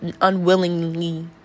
unwillingly